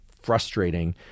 frustrating